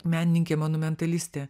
menininkė monumentalistė